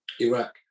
iraq